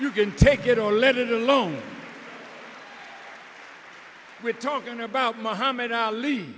you can take it or let it alone we're talking about mohammad ali